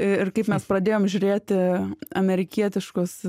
ir kaip mes pradėjom žiūrėti amerikietiškus